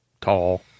tall